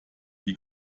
die